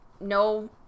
no